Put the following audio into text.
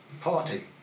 party